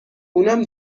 اونم